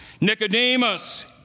Nicodemus